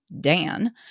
Dan